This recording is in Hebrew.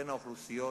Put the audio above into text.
בין האוכלוסיות,